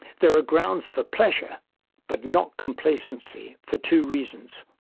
there are grounds for pleasure but not complacency for two reasons.